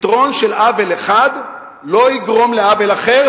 פתרון של עוול אחד לא יגרום לעוול אחר.